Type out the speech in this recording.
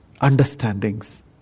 understandings